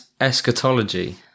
eschatology